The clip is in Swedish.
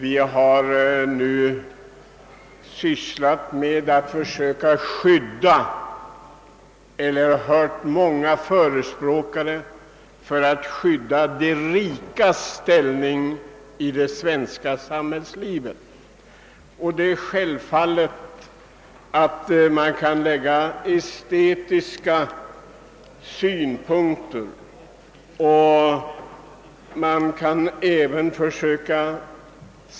I den föregående debatten har vi lyssnat på många förespråkare för att de rikas ställning i det svenska samhället skall skyddas.